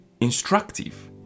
instructive